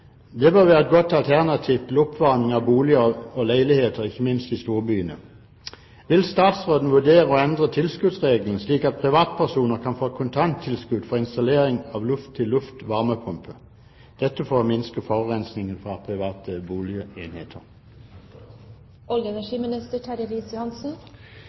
Det bør være et godt alternativ til oppvarming av boliger og leiligheter, ikke minst i storbyene. Vil statsråden vurdere å endre tilskuddsregelen, slik at privatpersoner kan få et kontanttilskudd for installering av luft-til-luft varmepumpe for å minske forurensningen fra private